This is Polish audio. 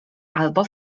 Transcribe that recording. albo